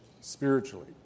spiritually